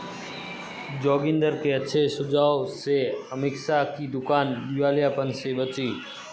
जोगिंदर के अच्छे सुझाव से अमीषा की दुकान दिवालियापन से बची